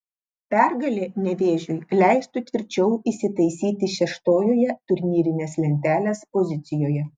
pergalė nevėžiui leistų tvirčiau įsitaisyti šeštojoje turnyrinės lentelės pozicijoje